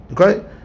Okay